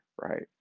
right